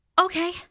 Okay